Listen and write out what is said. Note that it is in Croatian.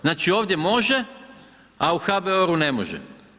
Znači ovdje može, a u HBOR-u ne može.